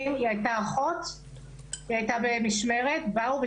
ויהיה איזה מישהו שיתווך.